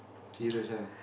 serious ah